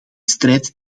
strijd